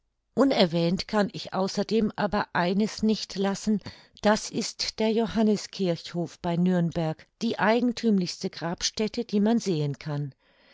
unerwähnt kann ich außerdem aber eines nicht lassen das ist der johanneskirchhof bei nürnberg die eigenthümlichste grabstätte die man sehen kann